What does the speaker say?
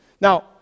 Now